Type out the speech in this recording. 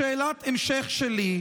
שאלת ההמשך שלי,